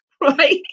right